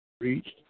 reached